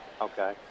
Okay